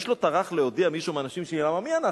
איש לא טרח להודיע, מישהו מהאנשים, למה מי אנחנו?